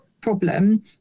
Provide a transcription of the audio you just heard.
problem